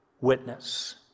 witness